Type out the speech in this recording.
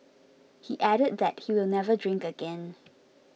he added that he will never drink again